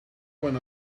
when